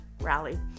rally